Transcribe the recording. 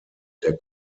der